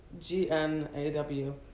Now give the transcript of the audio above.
G-N-A-W